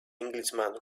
englishman